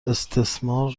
استثمار